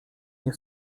nie